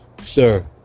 Sir